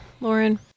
Lauren